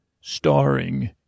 starring